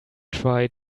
try